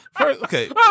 Okay